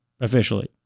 officially